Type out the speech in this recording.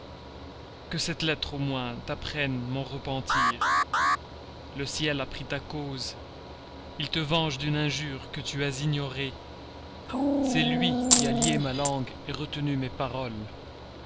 que cette lettre au moins t'apprenne mon repentir le ciel a pris ta cause il te venge d'une injure que tu as ignorée c'est lui qui a lié ma langue retenu mes paroles